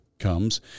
comes